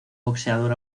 boxeador